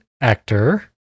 actor